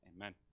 Amen